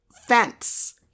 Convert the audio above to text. fence